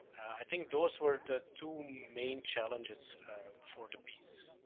i think those were the two main challenges for the piece.